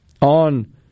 on